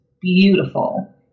beautiful